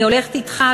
אני הולכת אתך,